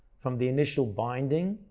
from the initial binding,